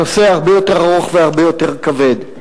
הנושא הרבה יותר ארוך והרבה יותר כבד.